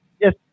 Yes